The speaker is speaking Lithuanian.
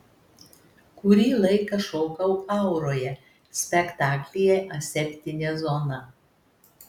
kurį laiką šokau auroje spektaklyje aseptinė zona